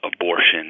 abortion